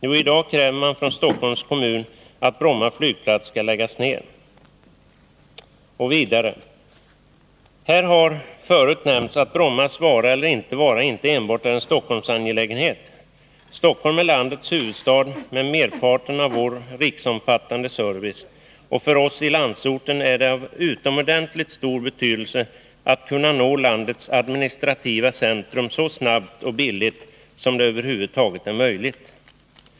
Jo, i dag kräver man från Stockholms kommun att Bromma flygplats skall läggas ned.” ”Här har förut nämnts att Brommas vara eller inte vara inte enbart är en Stockholmsangelägenhet. Stockholm är landets huvudstad med merparten av vår riksomfattande service, och för oss i landsorten är det av utomordentligt stor betydelse att kunna nå landets administrativa centrum så snabbt och billigt som det över huvud taget är möjligt.